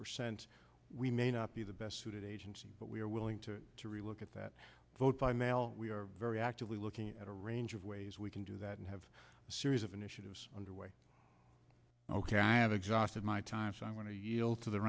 percent we may not be the best suited agency but we are willing to to relook at that vote by mail we are very actively looking at a range of ways we can do that and have a series of initiatives underway ok i have exhausted my time so i'm going to yield to the